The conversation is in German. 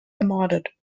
ermordet